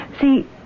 See